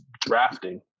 drafting